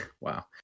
Wow